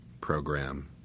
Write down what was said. program